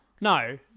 No